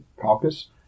Caucus